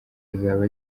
izaba